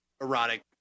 erotic